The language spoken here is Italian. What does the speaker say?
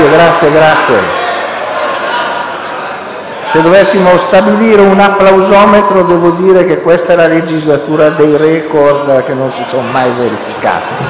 Colleghi, se dovessimo stabilire un applausometro, dovrei dire che questa è la legislatura dei *record* che non si sono mai verificati.